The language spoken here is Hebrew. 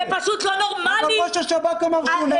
-- זה פשוט לא נורמלי -- ראש השב"כ אמר שהוא נגד.